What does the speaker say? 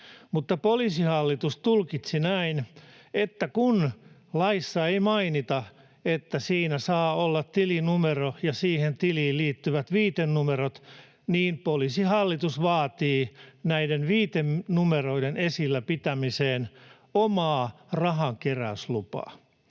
mutta Poliisihallitus tulkitsi näin, että kun laissa ei mainita, että siinä saa olla tilinumero ja siihen tiliin liittyvät viitenumerot, niin Poliisihallitus vaatii näiden viitenumeroiden esillä pitämiseen omaa rahankeräyslupaa.